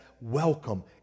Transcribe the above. welcome